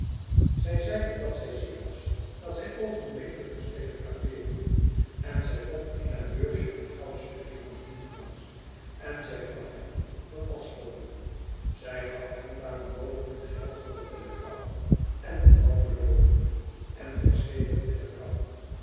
zij zeide dat zij ziek was dat zij oogenblikkelijk moest telegrafeeren en zij vond in haar beursje een goudstukje van tien francs en zij gaf hem dat als fooi zij gaf hem daarenboven het geld voor het telegram en de man beloofde en zij schreef het telegram